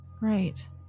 Right